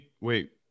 wait